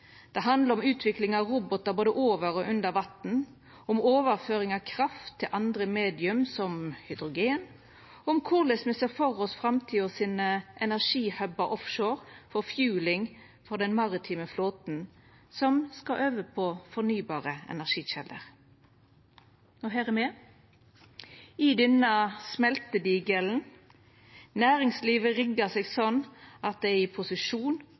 Det handlar om utvikling av robotar både over og under vatn, om overføring av kraft til andre medium – som hydrogen – om korleis me ser for oss framtidas energihubar offshore, for «fueling» for den maritime flåten som skal over på fornybare energikjelder. Og her er me – i denne smeltedigelen. Næringslivet riggar seg slik at dei er i posisjon